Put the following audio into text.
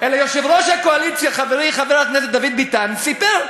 אלא יושב-ראש הקואליציה חברי חבר הכנסת דוד ביטן סיפר,